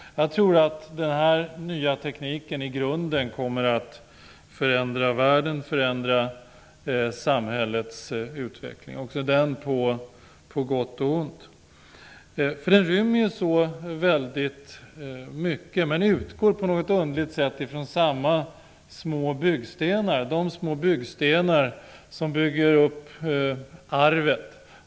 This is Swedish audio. Jag tror att den nya tekniken i grunden kommer att förändra världen och samhällets utveckling, också detta på gott och ont. Den rymmer så väldigt mycket, men utgår på något underligt sätt från samma små byggstenar som bygger upp arvet.